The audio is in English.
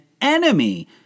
enemy